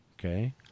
Okay